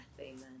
Amen